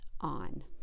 on